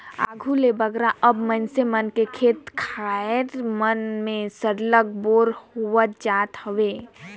आघु ले बगरा अब मइनसे मन कर खेत खाएर मन में सरलग बोर होवत जात हवे